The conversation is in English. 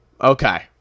Okay